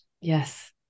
yes